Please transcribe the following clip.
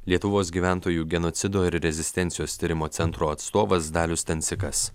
lietuvos gyventojų genocido ir rezistencijos tyrimo centro atstovas dalius stancikas